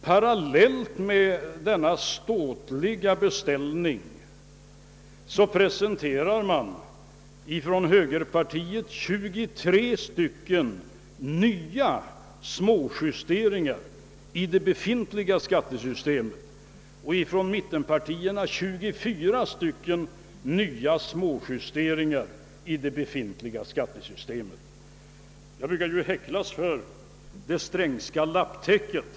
Parallellt med denna ståtliga beställning presenterar moderata samlingspartiet förslag om 23 nya småjusteringar i det befintliga skattesystemet, medan från mittenpartierna föreslås 24 nya sådana småjusteringar. Jag brukar ju häcklas för det Strängska lapptäcket.